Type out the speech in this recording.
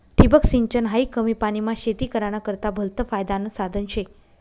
ठिबक सिंचन हायी कमी पानीमा शेती कराना करता भलतं फायदानं साधन शे